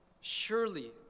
Surely